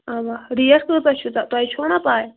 اوا ریٹ کۭژاہ چھ تۄہہِ چھو نا پاے